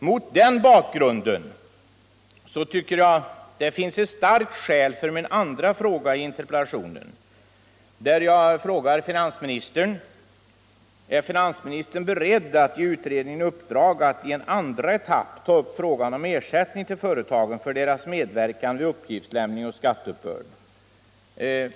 Mot den bakgrunden finns det starka skäl för min andra fråga i interpellationen: Är finansministern beredd att ge utredningen i uppdrag att i en andra etapp ta upp frågan om ersättning till företagen för deras medverkan vid uppgiftslämning och skatteuppbörd?